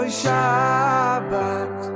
shabbat